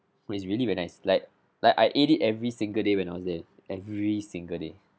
so it's really very nice like like I eat it every single day when I was there every single day